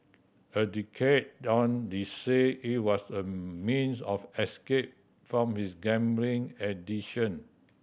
a decade on the say it was a means of escape from his gambling addiction